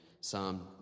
Psalm